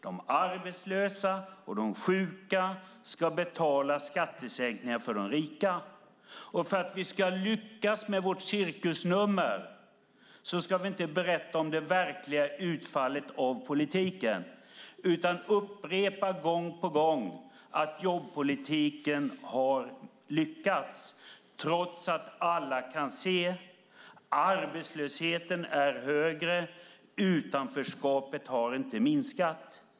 De arbetslösa och de sjuka ska betala skattesänkningar för de rika. Säg: För att vi ska lyckas med vårt cirkusnummer ska vi inte berätta om det verkliga utfallet av politiken utan upprepa gång på gång att jobbpolitiken har lyckats trots att alla kan se att arbetslösheten är högre och att utanförskapet inte har minskat.